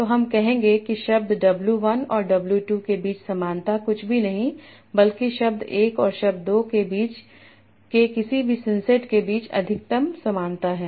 तो हम कहेंगे कि शब्द w 1 और w 2 के बीच समानता कुछ भी नहीं है बल्कि शब्द 1 और शब्द 2 के किसी भी सिंसेट के बीच अधिकतम समानता है